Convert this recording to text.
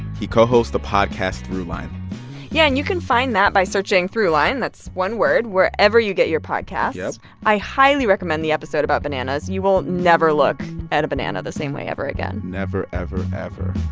he co-hosts the podcast throughline yeah, and you can find that by searching throughline that's one word wherever you get your podcasts yep i highly recommend the episode about bananas. you will never look at a banana the same way ever again never, ever, ever